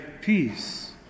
Peace